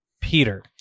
Peter